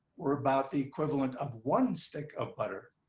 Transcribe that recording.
were about the equivalent of one stick of butter.